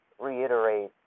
reiterate